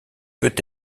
peut